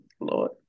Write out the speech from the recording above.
Lord